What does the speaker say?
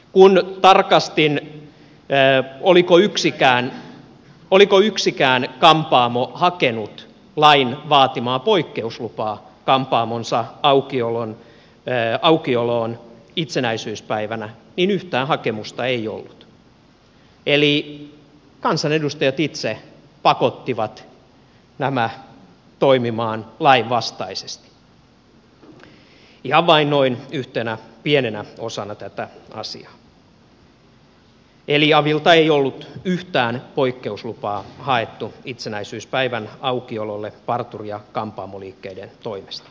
kun ne tarkasti ne jää oliko tarkastin oliko yksikään kampaamo hakenut lain vaatimaa poikkeuslupaa kampaamonsa aukioloon itsenäisyyspäivänä niin yhtään hakemusta ei ollut eli kansanedustajat itse pakottivat nämä toimimaan lainvastaisesti ihan vain noin yhtenä pienenä osana tätä asiaa eli avilta ei ollut yhtään poikkeuslupaa haettu itsenäisyyspäivän aukiololle parturi ja kampaamoliikkeiden toimesta